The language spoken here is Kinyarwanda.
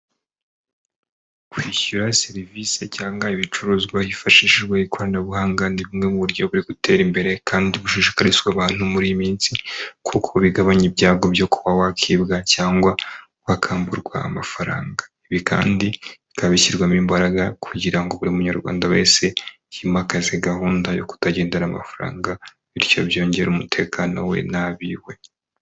Kwishyura serivisi cyangwa ibicuruzwa hifashishijwe ikoranabuhanga, ni bumwe mu buryo buri gutera imbere kandi bushishikarizwa abantu muri iyi minsi kuko bigabanya ibyago byo kuba wakwibwa cyangwa wakwamburwa amafaranga. Ibi kandi bikaba bishyirwamo imbaraga kugira ngo buri munyarwanda wese yimakaze gahunda yo kutagendana amafaranga, bityo byongera umutekano we n'abiwe.